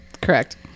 Correct